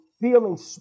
feeling